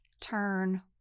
turn